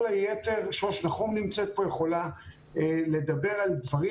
כל היתר שוש נמצאת פה ויכולה לדבר על דברים